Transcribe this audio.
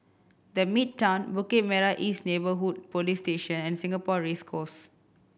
The Midtown Bukit Merah East Neighbourhood Police Station and Singapore Race Course